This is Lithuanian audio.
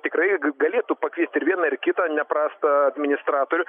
tikrai galėtų pakviesti ir vieną ir kitą neprastą administratorių